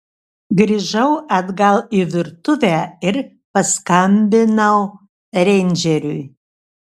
grįžau atgal į virtuvę ir paskambinau reindžeriui